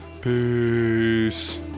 Peace